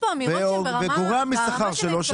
וגורע משכר שלו,